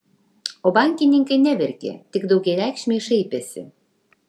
o bankininkai neverkė tik daugiareikšmiai šaipėsi